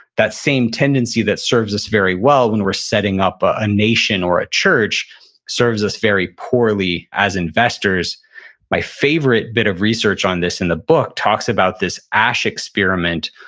that same tendency that serves us very well when we're setting up a nation or a church serves us very poorly as investors my favorite bit of research on this in the book talks about this asch experiment,